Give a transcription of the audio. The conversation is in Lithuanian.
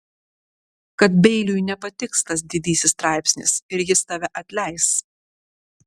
kad beiliui nepatiks tas didysis straipsnis ir jis tave atleis